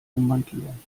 ummantelung